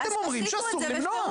איפה אתם אומרים שאסור למנוע?